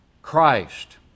Christ